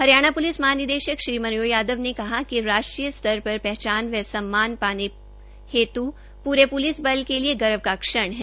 Haryana police महानिदेशक श्री मनोज यादव ने कहा कि राष्ट्रीय स्तर पर पहचान व सम्मान पाना प्रे प्लिस बल के लिए गर्व का क्षण है